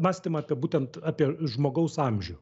mąstymą apie būtent apie žmogaus amžių